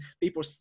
people